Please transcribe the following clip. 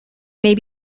may